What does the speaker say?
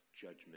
judgment